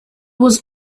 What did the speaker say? was